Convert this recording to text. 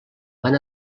van